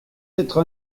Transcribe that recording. être